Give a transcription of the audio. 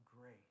grace